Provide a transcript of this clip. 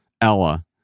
Ella